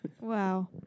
Wow